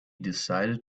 decided